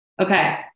Okay